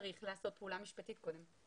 צריך לעשות פעולה משפטית קודם.